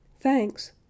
thanks